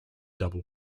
double